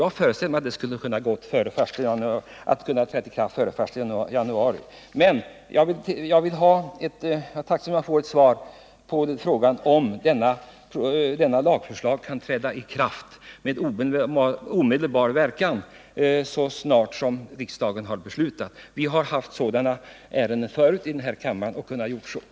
Jag föreställer mig att det skulle kunna ske i så god tid att lagen kan träda i kraft den 1 januari 1979. Jag är tacksam om jag får ett svar på frågan om lagen kan träda i kraft med omedelbar verkan så snart riksdagen har fattat beslut. Det har förekommit ärenden tidigare i riksdagen som har behandlats på det sättet.